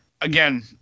Again